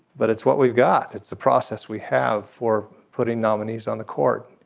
but it's what we've got. it's the process we have for putting nominees on the court.